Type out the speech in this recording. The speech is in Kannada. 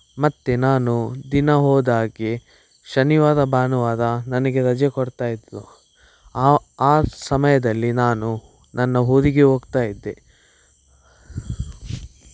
ಮತ್ತು ನಾನು ದಿನ ಹೋದಾಗೆ ಶನಿವಾರ ಭಾನುವಾರ ನನಗೆ ರಜೆ ಕೊಡ್ತಾ ಇದ್ದರು ಆ ಆ ಸಮಯದಲ್ಲಿ ನಾನು ನನ್ನ ಊರಿಗೆ ಹೋಗ್ತಾ ಇದ್ದೆ